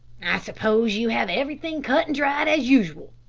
i suppose you have everything cut and dried as usual,